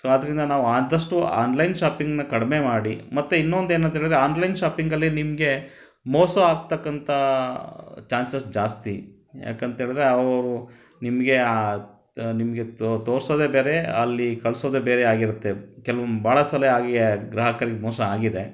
so ಆದ್ದರಿಂದ ನಾವು ಆದಷ್ಟು ಆನ್ಲೈನ್ ಶಾಪಿಂಗ್ನ ಕಡಿಮೆ ಮಾಡಿ ಮತ್ತೆ ಇನ್ನೊಂದು ಏನಂಥೇಳಿದ್ರೆ ಆನ್ಲೈನ್ ಶಾಪಿಂಗಲ್ಲಿ ನಿಮಗೆ ಮೋಸ ಆಗ್ತಕ್ಕಂಥ ಚಾನ್ಸಸ್ ಜಾಸ್ತಿ ಯಾಕಂಥೇಳಿದ್ರೆ ಅವರು ನಿಮಗೆ ನಿಮ್ಗೆ ತೋ ತೋರಿಸೋದೇ ಬೇರೆ ಅಲ್ಲಿ ಕಳಿಸೋದೇ ಬೇರೆ ಆಗಿರುತ್ತೆ ಕೆಲ್ವೊಮ್ಮೆ ಭಾಳ ಸಲ ಹಾಗೆಯೇ ಗ್ರಾಹಕರಿಗೆ ಮೋಸ ಆಗಿದೆ